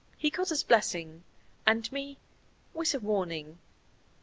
he got his blessing and me with a warning.